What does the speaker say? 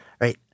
right